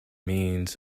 means